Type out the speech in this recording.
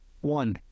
One